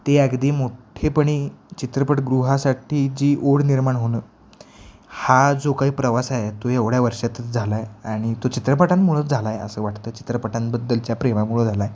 ते अगदी मोठेपणी चित्रपटगृहासाठी जी ओढ निर्माण होणं हा जो काही प्रवास आहे तो एवढ्या वर्षातच झाला आहे आणि तो चित्रपटांमुळंच झाला आहे असं वाटतं चित्रपटांबद्दलच्या प्रेमामुळं झाला आहे